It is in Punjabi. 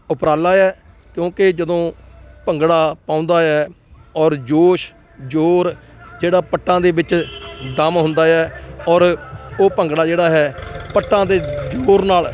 ਉਪਰਾਲਾ ਹੈ ਕਿਉਂਕਿ ਜਦੋਂ ਭੰਗੜਾ ਪਾਉਂਦਾ ਹੈ ਔਰ ਜੋਸ਼ ਜ਼ੋਰ ਜਿਹੜਾ ਪੱਟਾਂ ਦੇ ਵਿੱਚ ਦਮ ਹੁੰਦਾ ਆ ਔਰ ਉਹ ਭੰਗੜਾ ਜਿਹੜਾ ਹੈ ਪੱਟਾਂ ਦੇ ਜ਼ੋਰ ਨਾਲ